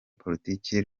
politiki